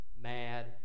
mad